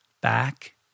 back